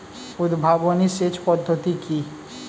উদ্ভাবনী সেচ পদ্ধতি কি?